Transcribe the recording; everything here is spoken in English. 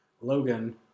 Logan